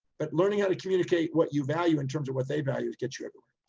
but learning how to communicate what you value in terms of what they value. it gets you everywhere.